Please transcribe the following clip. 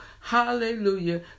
hallelujah